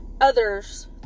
others